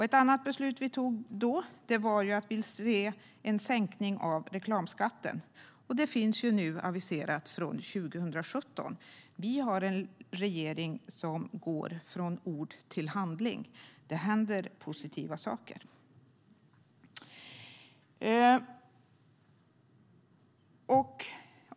Ett annat beslut vi tog då var att vi vill se en sänkning av reklamskatten, och det finns nu aviserat från 2017. Vi har en regering som går från ord till handling, och det händer positiva saker.